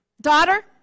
Daughter